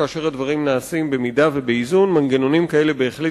כאשר הדברים נעשים במידה ובאיזון מנגנונים כאלה בהחלט